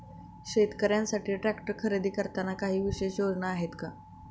शेतकऱ्यांसाठी ट्रॅक्टर खरेदी करताना काही विशेष योजना आहेत का?